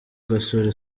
gasore